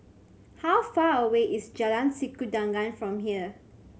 how far away is Jalan Sikudangan from here